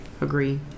Agree